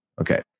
Okay